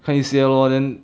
看一些 lor then